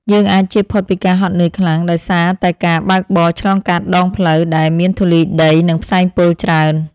យើងអាចជៀសផុតពីការហត់នឿយខ្លាំងដោយសារតែការបើកបរឆ្លងកាត់ដងផ្លូវដែលមានធូលីដី និងផ្សែងពុលច្រើន។